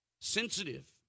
sensitive